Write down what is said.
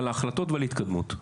על ההחלטות ועל התקדמות.